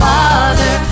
Father